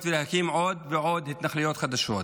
ולהקים עוד ועוד התנחלויות חדשות.